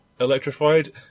electrified